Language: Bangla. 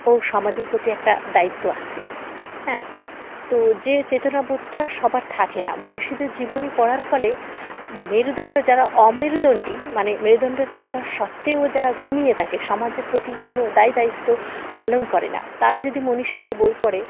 ও সমাজের প্রতি একটা দায়িত্ব আছে হ্যাঁ তো যে চেতনাবোধটা সবার থাকে না মনীষীদের জীবনী পড়ার ফলে মেরুদণ্ড যারা অমেরুদণ্ডী মানে মেরুদণ্ড থাকা সত্ত্বেও যারা ঘুমিয়ে থাকে সমাজের প্রতি কোনো দায় দায়িত্ব পালন করে না তারা যদি মনীষীদের বই পড়ে